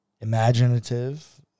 imaginative